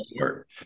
work